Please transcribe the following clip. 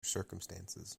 circumstances